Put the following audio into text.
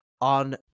on